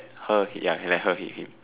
her ya let her hit him